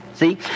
See